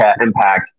impact